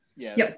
Yes